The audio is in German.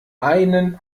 einen